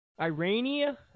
Irania